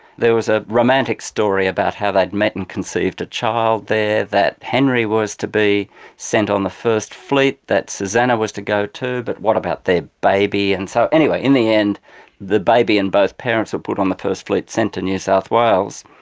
there was a romantic story about how they'd met and conceived a child there, that henry was to be sent on the first fleet, that susanna was to go too, but what about their baby? and so anyway, in the end the baby and both parents are put on the first fleet, sent to new south wales.